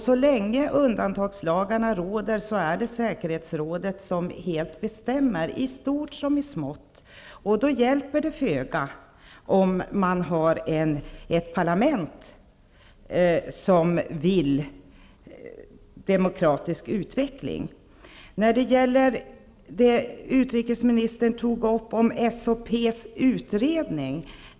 Så länge undantagslagarna råder är det säkerhetsrådet som helt bestämmer, i stort som i smått. Då hjälper det föga om man har ett parlament som vill ha en demokratisk utveckling. Utrikesministern tog upp SHP:s utredning.